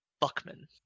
Buckman